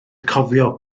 cofio